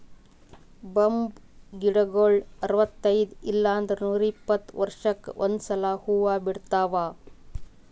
bamboo ಗಿಡಗೊಳ್ ಅರವತೈದ್ ಇಲ್ಲಂದ್ರ ನೂರಿಪ್ಪತ್ತ ವರ್ಷಕ್ಕ್ ಒಂದ್ಸಲಾ ಹೂವಾ ಬಿಡ್ತಾವ್